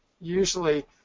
usually